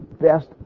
best